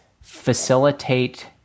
facilitate